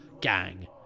gang